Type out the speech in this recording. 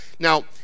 Now